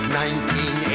1980